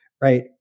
right